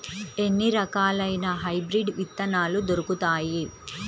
ఎన్ని రకాలయిన హైబ్రిడ్ విత్తనాలు దొరుకుతాయి?